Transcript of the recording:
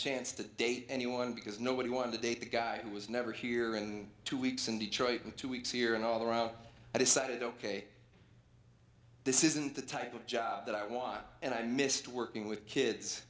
chance to date anyone because nobody wanted to date the guy who was never here and two weeks in detroit in two weeks here and all around i decided ok this isn't the type of job that i want and i missed working with kids